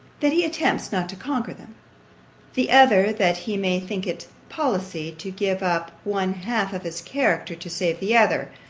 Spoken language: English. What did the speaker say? that he attempts not to conquer them the other, that he may think it policy, to give up one half of his character to save the other,